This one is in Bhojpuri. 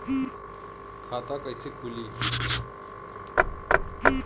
खाता कईसे खुली?